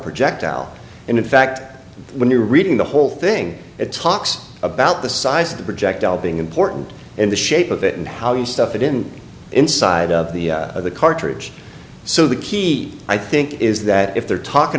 projectile and in fact when you're reading the whole thing it talks about the size of the projectile being important in the shape of it and how you stuff it in inside of the of the cartridge so the key i think is that if they're talking